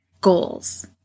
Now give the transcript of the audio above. goals